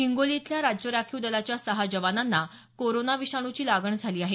हिंगोली इथल्या राज्य राखीव दलाच्या सहा जवानांना कोरोना विषाणूची लागण झाली आहे